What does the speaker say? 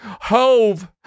hove